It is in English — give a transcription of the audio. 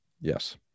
Yes